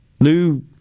new